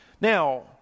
Now